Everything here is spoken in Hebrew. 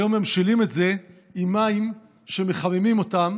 היום ממשילים את זה למים שמחממים אותם